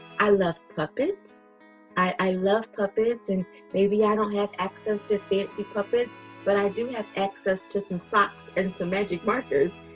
i love puppets i love puppets and maybe i don't have access to fancy puppets but i do have access to some socks and some magic markers.